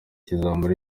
kizamara